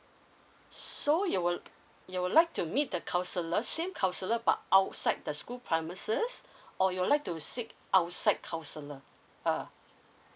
so you would you would like to meet the counsellor same counsellor but outside the school premises or you would like to seek outside counsellor uh